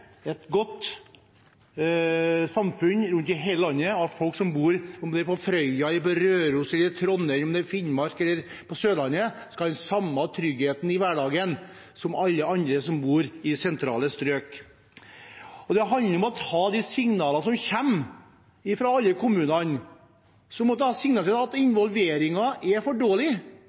et godt samfunn rundt i hele landet, at folk – enten de bor på Frøya, på Røros, i Trondheim, i Finnmark eller på Sørlandet – skal ha den samme tryggheten i hverdagen som alle andre som bor i sentrale strøk. Det handler om å ta de signalene som kommer fra alle kommunene – om at involveringen er for dårlig,